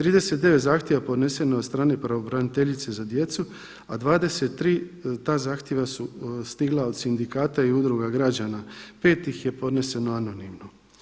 39 zahtjeva podneseno je od strane pravobraniteljice za djecu, a 23 ta zahtjeva su stigla od sindikata i udruga građana, 5 ih je podneseno anonimno.